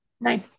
Nice